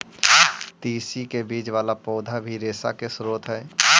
तिस्सी के बीज वाला पौधा भी रेशा के स्रोत हई